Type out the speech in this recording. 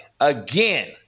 again